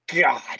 God